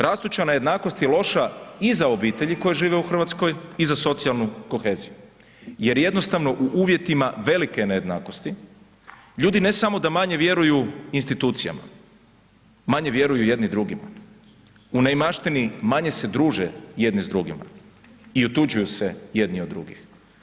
Rastuća nejednakost je loša i za obitelji koje žive u RH i za socijalnu koheziju jer jednostavno u uvjetima velike nejednakosti ljudi ne samo da manje vjeruju institucijama, manje vjeruju jedni drugima, u neimaštini manje se druže jedni s drugima i otuđuju se jedni od drugih.